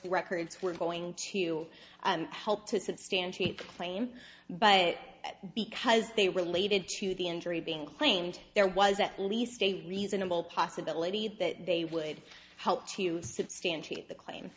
records were going to help to substantiate the claim but because they related to the injury being claimed there was at least a reasonable possibility that they would help to substantiate the claim